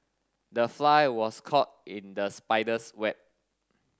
the fly was caught in the spider's web